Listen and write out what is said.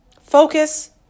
focus